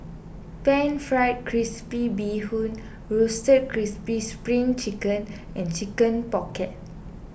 Pan Fried Crispy Bee Hoon Roasted Crispy Spring Chicken and Chicken Pocket